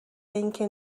اینکه